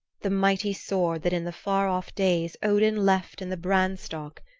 the mighty sword that in the far-off days odin left in the branstock,